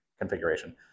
configuration